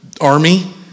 army